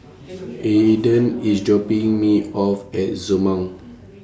Aaden IS dropping Me off At Zurmang